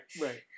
right